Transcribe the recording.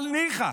אבל ניחא.